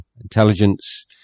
intelligence